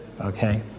okay